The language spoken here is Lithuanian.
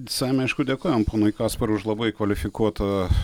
savaime aišku dėkojam ponui kasparui už labai kvalifikuotą